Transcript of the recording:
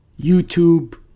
YouTube